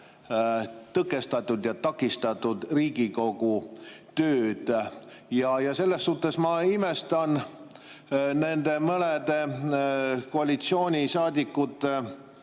tõkestatud ja takistatud Riigikogu tööd. Selles suhtes ma imestan nende mõnede koalitsioonisaadikute